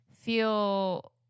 feel